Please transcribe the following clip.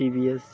TVS